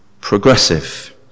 progressive